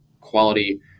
quality